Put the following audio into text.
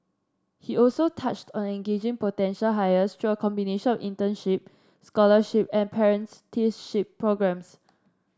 he also touched on engaging potential hires through a combination of internship scholarship and apprenticeship programmes